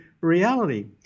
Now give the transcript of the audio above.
reality